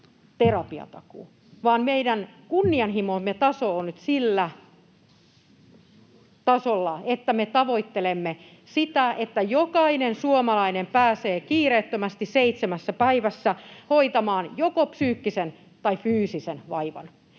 terapiatakuu, vaan meidän kunnianhimomme taso on nyt sillä tasolla, että me tavoittelemme sitä, että jokainen suomalainen pääsee kiireettömästi seitsemässä päivässä hoitamaan joko psyykkisen tai fyysisen vaivan.